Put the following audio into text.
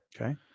Okay